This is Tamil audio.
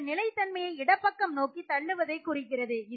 இது நிலைத்தன்மையை இடப்பக்கம் நோக்கி தள்ளுவதை குறிக்கிறது